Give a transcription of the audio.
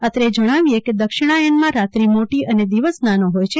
અત્રે જણાવીએ કે દક્ષિણાયનમાં રાત્રી મોટી અને દિવસ નાનો હોય છે